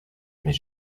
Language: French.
mais